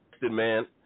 man